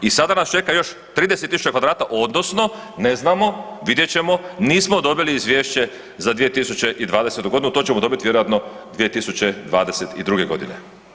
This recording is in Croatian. I sada nas čeka još 30 000 kvadrata, odnosno, ne znamo, vidjet ćemo, nismo dobili Izvješće za 2020. godinu, to ćemo dobiti vjerojatno 2022. godine.